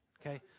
okay